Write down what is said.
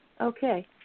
Okay